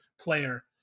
player